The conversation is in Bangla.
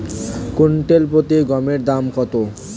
কুইন্টাল প্রতি গমের দাম কত?